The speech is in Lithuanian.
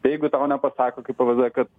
jeigu tau nepasako kai pvz kad